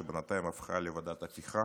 שבינתיים הפכה לוועדת הפיכה,